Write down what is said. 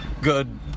good